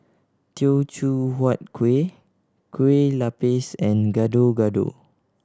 Teochew Huat Kuih Kueh Lapis and Gado Gado